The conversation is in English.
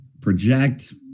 project